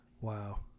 Wow